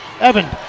Evan